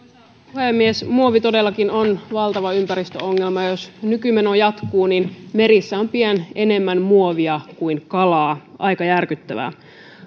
puhemies muovi todellakin on valtava ympäristöongelma jos nykymeno jatkuu niin merissä on pian enemmän muovia kuin kalaa aika järkyttävää